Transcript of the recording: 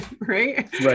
right